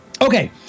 Okay